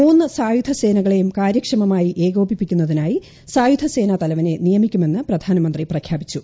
മൂന്ന് സായുധസേനകളെയും കാര്യക്ഷമമായി ഏകോപിപ്പിക്കുന്നതിനായി സായുധസേനാ തലവനെ നിയമിക്കുമെന്ന് പ്രധാനമന്ത്രി പ്രഖ്യാപിച്ചു